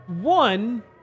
one